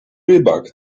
rybak